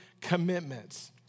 commitments